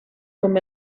com